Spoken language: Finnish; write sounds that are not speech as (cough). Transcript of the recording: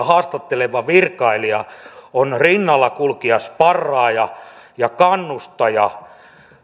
(unintelligible) haastatteleva virkailija on rinnallakulkija sparraaja ja kannustaja